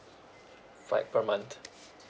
like per month